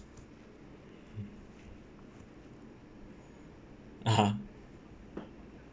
(uh huh)